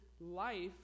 life